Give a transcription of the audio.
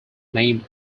named